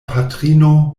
patrino